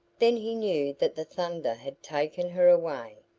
then he knew that the thunder had taken her away,